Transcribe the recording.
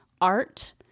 art